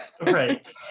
Right